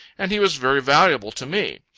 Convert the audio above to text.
and he was very valuable to me.